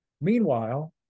Meanwhile